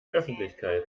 öffentlichkeit